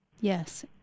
Yes